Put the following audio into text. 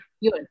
yun